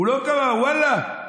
הוא לא קרא: ואללה,